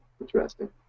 Interesting